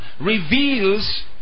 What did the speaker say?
reveals